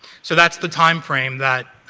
so that's the time frame that